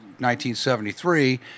1973